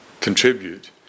contribute